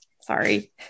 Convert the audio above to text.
Sorry